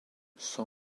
saw